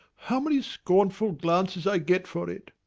how many scornful glances i get for it!